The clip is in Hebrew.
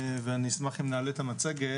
ואני אשמח אם נעלה את המצגת,